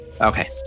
Okay